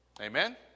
Amen